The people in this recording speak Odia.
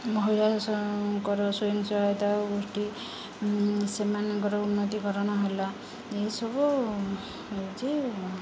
ମହିଳାଙ୍କର ସ୍ଵୟଂ ସହାୟତା ଗୋଷ୍ଠୀ ସେମାନଙ୍କର ଉନ୍ନତିକରଣ ହେଲା ଏସବୁ ହେଉଛି